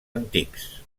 antics